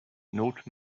not